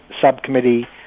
subcommittee